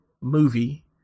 movie